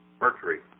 Mercury